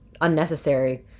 unnecessary